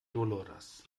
doloras